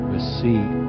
Receive